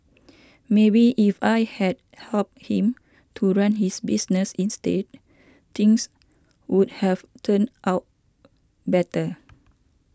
maybe if I had helped him to run his business instead things would have turned out better